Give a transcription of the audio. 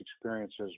experiences